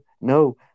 No